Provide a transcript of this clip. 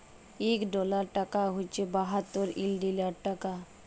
ইক ডলার টাকা হছে বাহাত্তর ইলডিয়াল টাকা